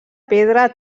pedra